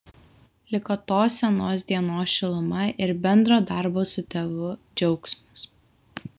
liko tos senos dienos šiluma ir bendro darbo su tėvu džiaugsmas